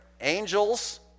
angels